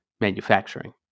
manufacturing